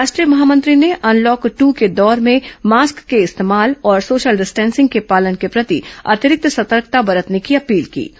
राष्ट्रीय महामंत्री ने अनलॉक ट् के दौर में मास्क के इस्तेमाल और सोशल डिस्टेंसिंग के पालन के प्रति अतिरिक्त सतर्कता बरतने की अपील कीं